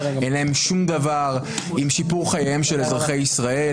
אין להם שום דבר עם שיפור חייהם של אזרחי ישראל.